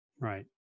Right